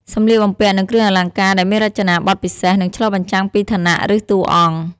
សម្លៀកបំពាក់ និងគ្រឿងអលង្ការ ដែលមានរចនាបថពិសេស និងឆ្លុះបញ្ចាំងពីឋានៈ ឬតួអង្គ។